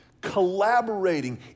collaborating